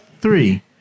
three